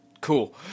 cool